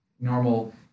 normal